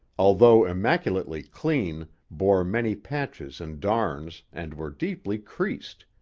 although immaculately clean, bore many patches and darns, and were deeply creased,